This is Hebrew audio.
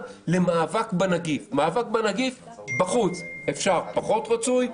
למאבק בנגיף: בחוץ אפשר אבל פחות רצוי,